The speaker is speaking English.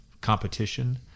competition